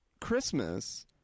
Christmas